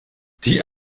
die